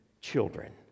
children